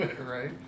Right